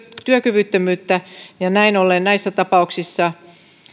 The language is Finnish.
työkyvyttömyyttä näin ollen näissä tapauksissa